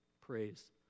praise